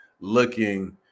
looking